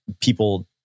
people